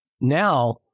Now